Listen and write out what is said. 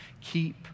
keep